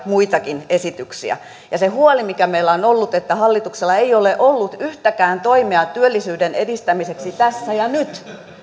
muitakin esityksiä se huoli mikä meillä on ollut on ollut se että hallituksella ei ole ollut yhtäkään toimea työllisyyden edistämiseksi tässä ja nyt